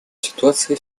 ситуация